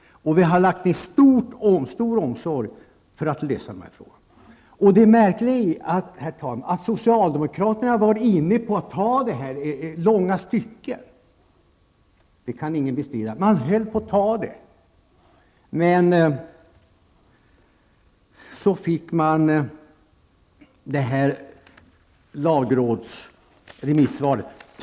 Vi har lagt ner stor omsorg på att lösa denna fråga. Det märkliga är att socialdemokraterna har varit inne på att acceptera detta i långa stycken. Sedan kom remissvaret från lagrådet.